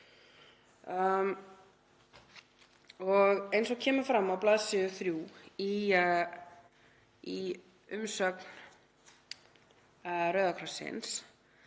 Eins og kemur fram á 3. bls. í umsögn Rauða krossins